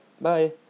bye